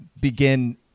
begin